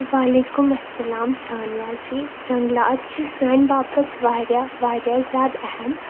وعلیکُم اسلام سانیا جی جنگلات چھِ سانہِ باپتھ واریاہ واریاہ زیادٕ اہم